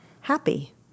happy